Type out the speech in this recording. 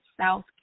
South